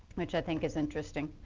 which i think is interesting.